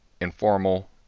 informal